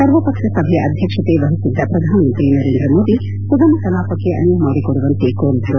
ಸರ್ವಪಕ್ಷ ಸಭೆಯ ಅಧ್ವಕ್ಷಕೆ ವಹಿಸಿದ್ದ ಪ್ರಧಾನಮಂತ್ರಿ ನರೇಂದ್ರ ಮೋದಿ ಸುಗಮ ಕಲಾಪಕ್ಕೆ ಅನುವು ಮಾಡಿಕೊಡುವಂತೆ ಕೋರಿದರು